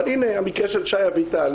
אבל הנה המקרה של שי אביטל.